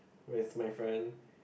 with my friend